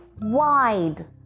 wide